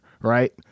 right